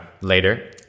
later